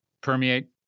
permeate